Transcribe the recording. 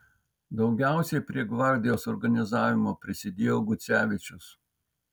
daugiausiai prie gvardijos organizavimo prisidėjo gucevičius